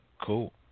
cool